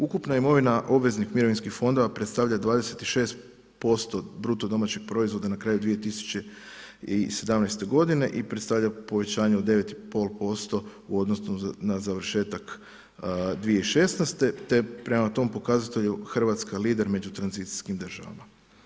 Ukupna imovina obveznih mirovinskih fondova predstavlja 26% BDP na kraju 2017. godine i predstavlja povećanje od 9,5% u odnosu na završetak 2016. te je prema tom pokazatelju Hrvatska lider među tranzicijskim državama.